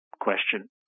question